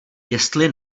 jestli